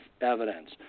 evidence